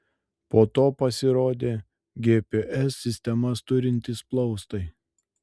po to pasirodė gps sistemas turintys plaustai